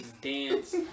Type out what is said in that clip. dance